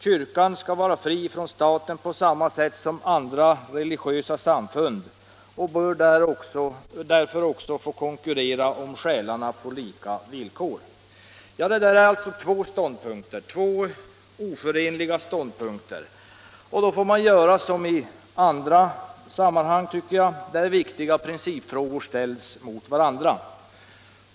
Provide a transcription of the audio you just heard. Kyrkan skall vara fri från staten på samma sätt som andra religiösa samfund och bör därför också konkurrera om själarna på lika villkor. Ja, det där är oförenliga ståndpunkter, och då måste man göra som i andra sammanhang där viktiga principfrågor ställs mot varandra.